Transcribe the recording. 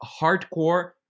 hardcore